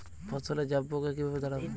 ফসলে জাবপোকা কিভাবে তাড়াব?